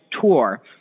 tour